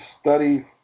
study